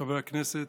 חברי הכנסת,